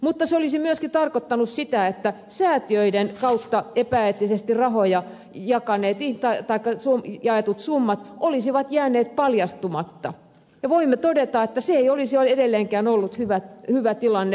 mutta se olisi tarkoittanut myöskin sitä että säätiöiden kautta epäeettisestirahoja jakaa netin tai vaikka epäeettisesti jaetut summat olisivat jääneet paljastumatta ja voimme todeta että se ei olisi edelleenkään ollut hyvä tilanne